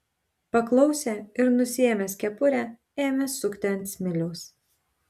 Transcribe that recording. paklausė ir nusiėmęs kepurę ėmė sukti ant smiliaus